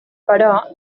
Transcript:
però